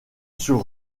sur